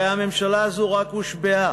הרי הממשלה הזאת רק הושבעה,